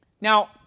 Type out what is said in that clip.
Now